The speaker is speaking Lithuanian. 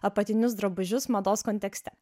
apatinius drabužius mados kontekste